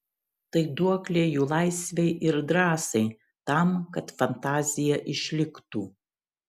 tai duoklė jų laisvei ir drąsai tam kad fantazija išliktų